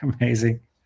amazing